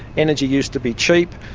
energy used to be cheap,